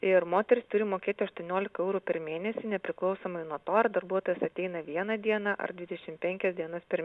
ir moteris turi mokėti aštuoniolika eurų per mėnesį nepriklausomai nuo to ar darbuotojas ateina vieną dieną ar dvidešimt penkias dienas per